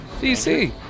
DC